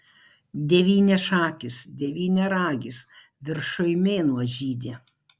devyniašakis devyniaragis viršuj mėnuo žydi